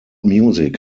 music